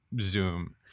Zoom